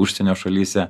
užsienio šalyse